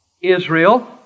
Israel